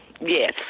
Yes